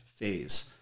phase